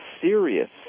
serious